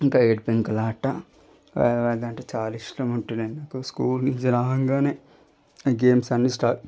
ఇంకా ఏడు పెంకులాట అదంటే చాలా ఇష్టం ఉంటే నాకు స్కూల్ నుంచి రాగానే ఈ గేమ్స్ అన్నీ స్టార్ట్